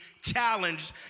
challenged